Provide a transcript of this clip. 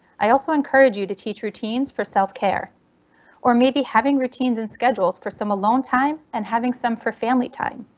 i also encourage you to teach routines for self care or maybe having routines and schedules for some alone time and having some for family time.